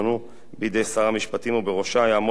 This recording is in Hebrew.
בידי שר המשפטים, ובראשה יעמוד משפטן